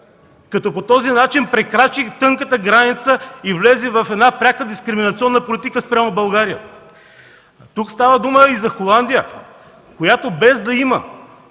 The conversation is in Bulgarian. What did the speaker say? като по този начин прекрачи тънката граница и влезе в пряка дискриминационна политика спрямо България. Става дума и за Холандия, която без да има